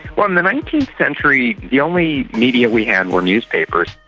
well, in the nineteenth century the only media we had were newspapers.